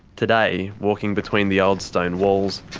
today, walking between the old stone walls,